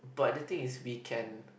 but the thing is we can